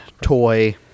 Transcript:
toy